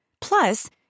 Plus